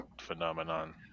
phenomenon